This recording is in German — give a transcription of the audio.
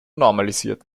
normalisiert